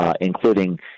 including